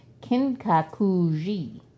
Kinkakuji